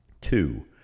Two